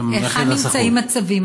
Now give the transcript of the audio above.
היכן נמצאים הצווים,